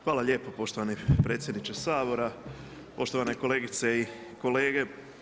Hvala lijepo poštovani predsjedniče Sabora, poštovane kolegice i kolege.